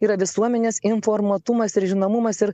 yra visuomenės informuotumas ir žinomumas ir